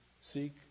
seek